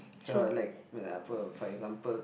so I like for example for example